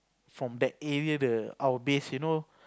from that area the our base you know